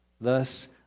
Thus